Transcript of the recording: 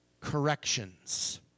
corrections